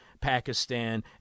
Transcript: Pakistan